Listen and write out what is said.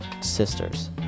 sisters